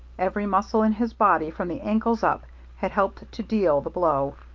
every muscle in his body from the ankles up had helped to deal the blow,